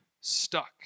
stuck